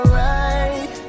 right